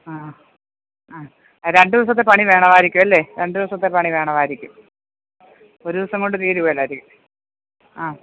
ആ അ രണ്ട് ദിവസത്തെ പണി വേണമായിരിക്കുമല്ലെ രണ്ട് ദിവസത്തെ പണി വേണമായിരിക്കും ഒരു ദിവസം കൊണ്ട് തീരുകയില്ലായിരിക്കും ആ